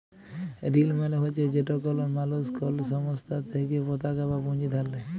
ঋল মালে হছে যেট কল মালুস কল সংস্থার থ্যাইকে পতাকা বা পুঁজি ধার লেই